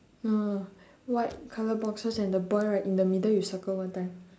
no no white colour boxes and the bird right in the middle you circle one time